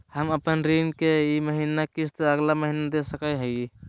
हम अपन ऋण के ई महीना के किस्त अगला महीना दे सकी हियई?